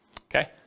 Okay